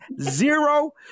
zero